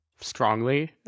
strongly